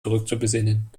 zurückzubesinnen